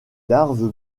larves